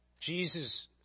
Jesus